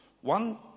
One